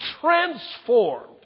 transformed